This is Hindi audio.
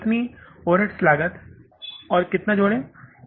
इसलिए परिवर्तनीय ओवरहेड लागत और कितना जोड़ें